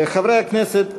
חברי הכנסת,